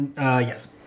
Yes